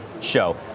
show